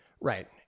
Right